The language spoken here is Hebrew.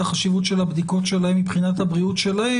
החשיבות של הבדיקות שלהם מבחינת הבריאות שלהם,